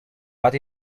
but